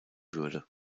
würde